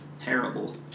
terrible